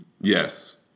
Yes